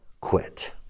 Quit